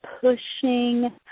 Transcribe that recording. pushing